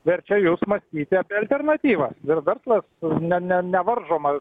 verčia jus matyti apie alternatyvas ir verslą ne ne nevaržoma